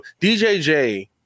DJJ